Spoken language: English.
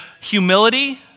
humility